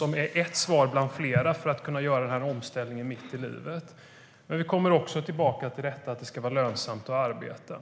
Det är ett svar bland flera för att kunna göra en omställning mitt i livet. Vi kommer också tillbaka till detta att det ska vara lönsamt att arbeta.